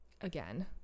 again